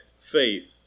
faith